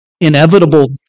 inevitable